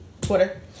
Twitter